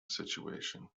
situation